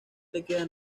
queda